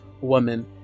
woman